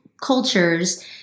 cultures